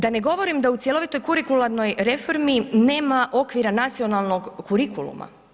Da ne govorim da u cjelovitoj kurikularnoj reformi nema okvira nacionalnog kurikuluma.